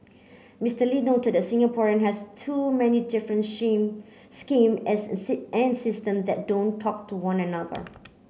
Mister Lee noted that Singapore has too many different shame scheme as and system that don't talk to one another